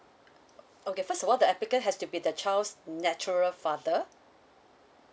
okay first of all that the applicant has to be the child's natural father